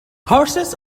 horses